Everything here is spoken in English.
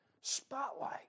spotlight